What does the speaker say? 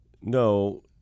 No